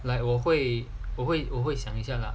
like 我会我会我会想一下 lah